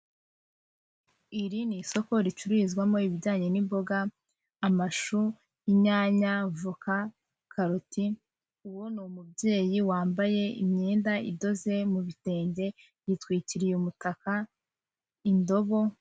Iri ni isoko ricururizwamo ibijyanye n'imboga, amashu, inyanya, voka, karoti, uwo ni umubyeyi wambaye imyenda idoze mu bitenge, yitwikiriye umutaka, indobo.